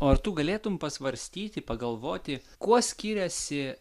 o ar tu galėtum pasvarstyti pagalvoti kuo skiriasi